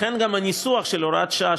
לכן גם הניסוח של הוראת שעה,